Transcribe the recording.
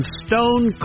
stone